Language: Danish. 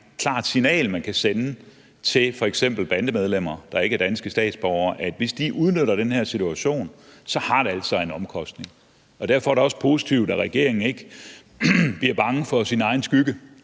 klart signal, man kan sende til f.eks. bandemedlemmer, der ikke er danske statsborgere, om, at hvis de udnytter den her situation, har det altså en omkostning. Derfor er det også positivt, at regeringen ikke bliver bange for sin egen skygge